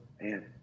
man